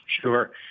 Sure